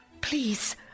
Please